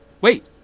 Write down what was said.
wait